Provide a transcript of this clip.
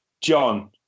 John